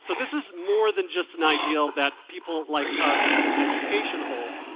so this is more than just an ideal that people like us in education hold,